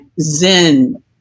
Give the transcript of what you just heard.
Zen